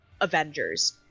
Avengers